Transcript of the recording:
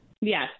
Yes